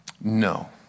No